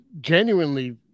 genuinely